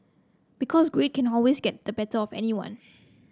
because greed can always get the better of anyone